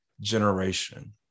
generation